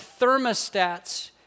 thermostats